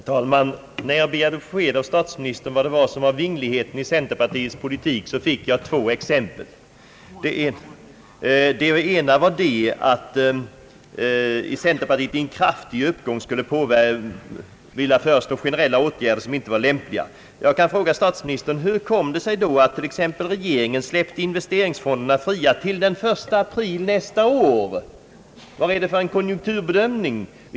Herr talman! När jag begärde besked av statsministern om vad det var som var vingligheten i centerpartiets politik, fick jag två exempel. Det ena var att centerpartiet vid en kraftig uppgång skulle vilja föreslå generella åtgärder som inte var lämpliga. Får jag fråga statsministern: Hur kom det sig då att regeringen t.ex. släppte investeringsfonderna fria till den 1 april nästa år? Vad är det för en konjunkturbedömning som ligger bakom detta?